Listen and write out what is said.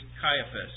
Caiaphas